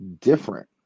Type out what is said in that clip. different